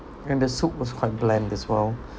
and the soup was quite bland as well